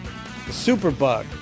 Superbug